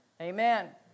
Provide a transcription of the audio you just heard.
Amen